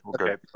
Okay